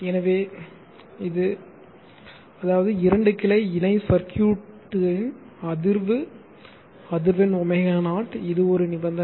எனவே இது அதாவது இரண்டு கிளை இணை சர்க்யூட்களின் அதிர்வு அதிர்வெண் ω0 இது ஒரு நிபந்தனை